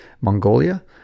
Mongolia